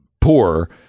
poor